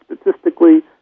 statistically